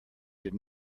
did